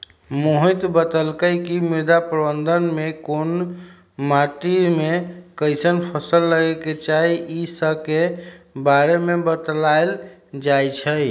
मोहित बतलकई कि मृदा प्रबंधन में कोन माटी में कईसन फसल लगे के चाहि ई स के बारे में बतलाएल जाई छई